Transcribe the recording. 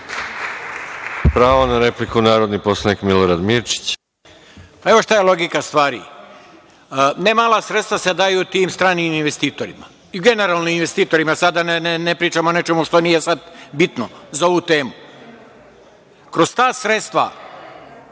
Pravo na repliku, narodni poslanik Milorad Mirčić.